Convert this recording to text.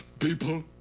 people.